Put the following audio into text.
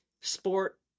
sport